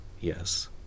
Yes